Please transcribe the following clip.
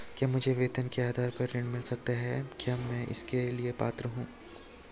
क्या मुझे वेतन के आधार पर ऋण मिल सकता है क्या मैं इसके लिए पात्र हूँ?